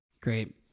Great